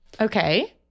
Okay